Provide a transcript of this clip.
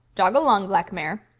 jog along, black mare.